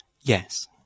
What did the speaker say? Yes